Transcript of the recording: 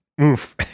oof